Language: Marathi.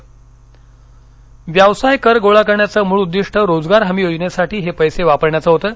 व्यवसाय कर व्यवसाय कर गोळा करण्याचं मूळ उद्दिष्ट रोजगार हमी योजनेसाठी हे पैसे वापरण्याचं होतं